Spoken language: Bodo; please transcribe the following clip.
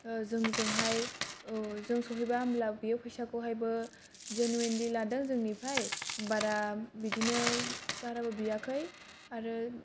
जोंजों हाय जों सहैब्ला होनब्ला बियो फैसाखौ हायबो जेनुयेनलि लादों जोंनिफ्राय बारा बिदिनो बाराबो बियाखै आरो